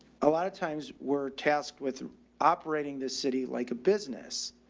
a lot of times we're tasked with operating the city like a business.